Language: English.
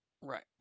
Right